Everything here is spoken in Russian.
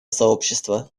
сообщества